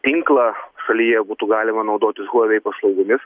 tinklą šalyje būtų galima naudotis huavei paslaugomis